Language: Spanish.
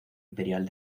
imperial